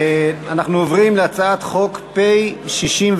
בעד הצביעו 39 חברי כנסת,